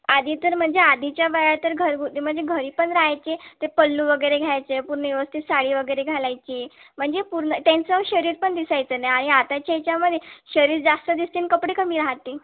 आधी तर म्हणजे आधीच्या बाया तर घरगुती म्हणजे घरी पण राहायची ते पल्लू वगैरे घ्यायचे पूर्ण व्यवस्थित साडी वगैरे घालायची म्हणजे पूर्ण त्यांचं शरीर पण दिसायचं नाही आणि आताच्या याच्यामध्ये शरीर जास्त दिसते ना कपडे कमी राहते